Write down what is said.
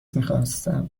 میخواستم